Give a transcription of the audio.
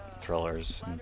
thrillers